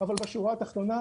אבל בשורה התחתונה,